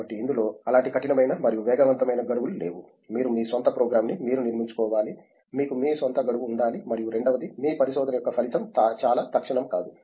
కాబట్టి ఇందులో అలాంటి కఠినమైన మరియు వేగవంతమైన గడువులు లేవు మీరు మీ స్వంత ప్రోగ్రామ్ ని మీరు నిర్మించుకోవాలి మీకు మీ స్వంత గడువు ఉండాలి మరియు రెండవది మీ పరిశోధన యొక్క ఫలితం చాలా తక్షణం కాదు